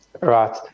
Right